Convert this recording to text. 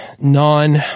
non